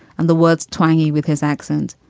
and the words tiny with his accent.